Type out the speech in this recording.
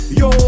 yo